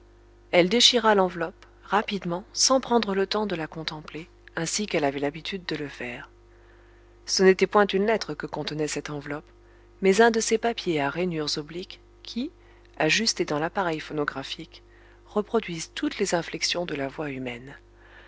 elle déchira l'enveloppe rapidement sans prendre le temps de la contempler ainsi qu'elle avait l'habitude de le faire ce n'était point une lettre que contenait cette enveloppe mais un de ces papiers à rainures obliques qui ajustés dans l'appareil phonographique reproduisent toutes les inflexions de la voix humaine